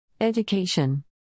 Education